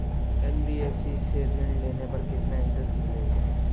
NBFC से ऋण लेने पर केतना इंटरेस्ट मिलेला?